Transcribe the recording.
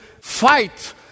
fight